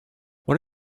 what